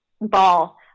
Ball